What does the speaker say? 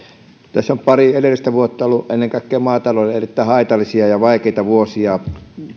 tässä on pari edellistä vuotta ollut ennen kaikkea maataloudelle erittäin haitallisia ja vaikeita vuosia